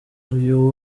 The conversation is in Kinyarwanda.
uyu